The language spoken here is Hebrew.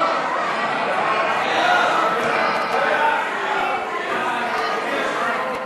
סעיף 26, המשרד להגנת הסביבה, לשנת התקציב 2015,